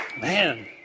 Man